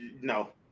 no